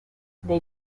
they